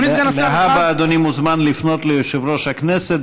להבא, אדוני מוזמן לפנות ליושב-ראש הכנסת.